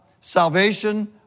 Salvation